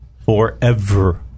forever